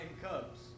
cubs